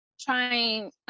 trying